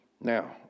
Now